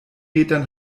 metern